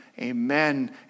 Amen